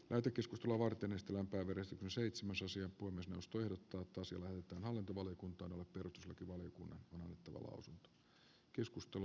tätä keskustelua varten ystävänpäivänä seitsemäs osia puun ostojen kautta sillä että hallintovaliokunta on annettava lausunto